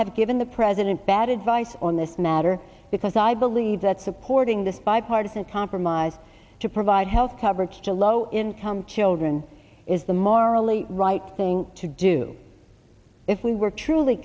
have given the president bad advice on this matter because i believe that supporting this bipartisan compromise to provide health coverage to low income children is the morally right thing to do if we were truly